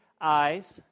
eyes